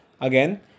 Again